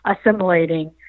assimilating